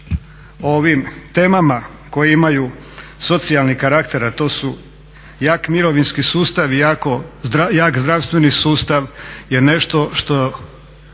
ovim temama koje imaju socijalni karakter a to su jak mirovinski sustav i jak zdravstveni sustav je nešto što